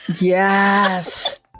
yes